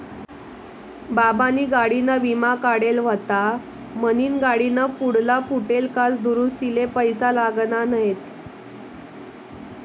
बाबानी गाडीना विमा काढेल व्हता म्हनीन गाडीना पुढला फुटेल काच दुरुस्तीले पैसा लागना नैत